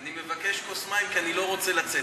אני מבקש כוס מים, כי אני לא רוצה לצאת.